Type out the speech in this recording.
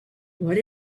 what